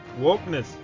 Wokeness